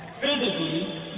physically